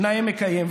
נאה מקיים.